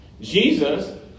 Jesus